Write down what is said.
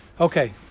Okay